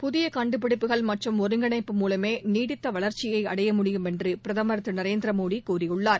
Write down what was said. புதியகண்டுபிடிப்புகள் மற்றம் ஒருங்கிணைப்பு மூலமேநீடித்தவளர்ச்சியைஅடைய முடியும் என்று பிரதமர் திருநரேந்திரமோடிகூறியுள்ளார்